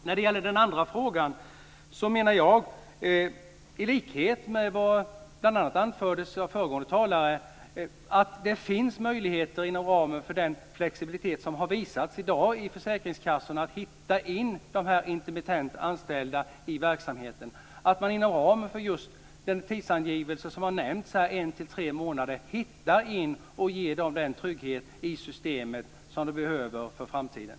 När det gäller den andra frågan menar jag, i likhet med vad som bl.a. anfördes av föregående talare, att det finns möjligheter inom ramen för den flexibilitet som försäkringskassorna har visat i dag att föra in de intermittent anställda i verksamheten. Inom ramen för just den tidsangivelse som har nämnts här - en till tre månader, kan man ge dem den trygghet i systemet som de behöver för framtiden.